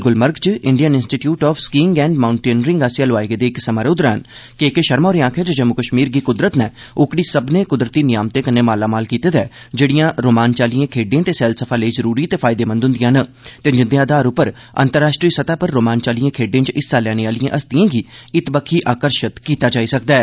गुलमर्ग च Indian Institute of Skiing and Mountaineering आस्सेआ लोआए गेदे इक समारोह् दरान के के शर्मा होरें आक्खेआ जे जम्मू कश्मीर गी कुदरत नै ओकड़ी सब्बने कुदरती नियामतें कन्नै मालामाल कीते दा ऐ जेहड़ियां रोमांच आलिएं खेड़डें ते सैलसफा लेई जरूरी ते फैयदेमंद होंदियां न ते जिंदे आधार पर अंतर्राश्ट्रीय सतह् पर रोमांच आलिएं खेड्डें च हिस्सा लैने आलिएं हस्तिएं गी इत्त बक्खी आकर्शत कीता जाई सकदा ऐ